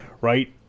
right